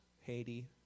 Haiti